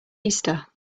easter